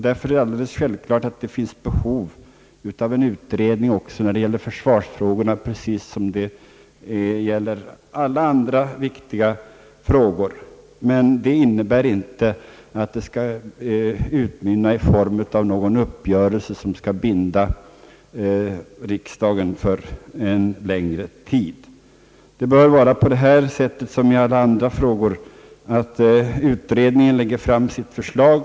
Därför är det alldeles självklart att det finns behov av en utredning också när det gäller försvarsfrågorna, precis som när det gäller alla andra viktiga frågor. Men det innebär inte att utredningen skall utmynna i en uppgörelse som skall binda riksdagen för någon längre tid. Det bör vara här som när det gäller alla andra frågor. Utredningen lägger fram sitt förslag.